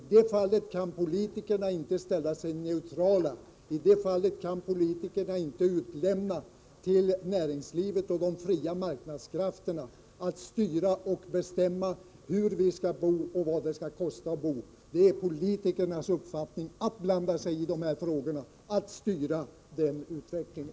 I det fallet kan politikerna inte ställa sig neutrala och utlämna till näringslivet och de fria marknadskrafterna att styra och bestämma hur vi skall bo samt vad det skall kosta. Det är politikernas uppgift att blanda sig i dessa frågor och styra utvecklingen.